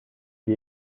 qui